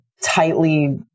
tightly